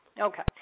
Okay